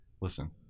listen